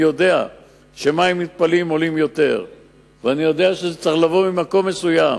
אני יודע שמים מותפלים עולים יותר וזה צריך לבוא ממקום מסוים,